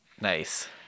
Nice